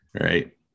Right